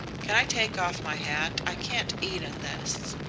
can i take off my hat? i can't eat in this.